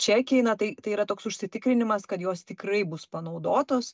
čekiai na tai tai yra toks užsitikrinimas kad jos tikrai bus panaudotos